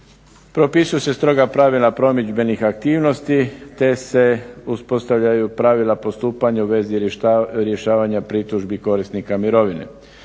Propisuju se stroga pravila promidžbenih aktivnosti te se uspostavljaju pravila postupanja u vezi rješavanja pritužbi korisnika mirovine.